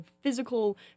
physical